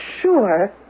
sure